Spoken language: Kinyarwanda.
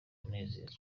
kunezerwa